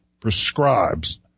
prescribes